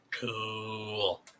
Cool